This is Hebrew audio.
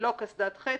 לא קסדת חצי.